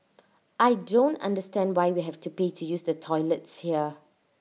I don't understand why we have to pay to use the toilets here